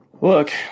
Look